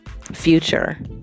future